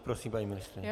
Prosím, paní ministryně.